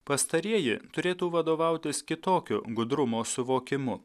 pastarieji turėtų vadovautis kitokiu gudrumo suvokimu